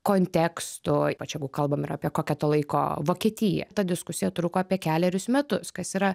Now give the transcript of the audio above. konteksto ypač jeigu kalbam apie kokią to laiko vokietiją ta diskusija truko apie kelerius metus kas yra